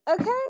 okay